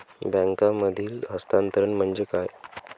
बँकांमधील हस्तांतरण म्हणजे काय?